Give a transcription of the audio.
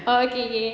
oh okay okay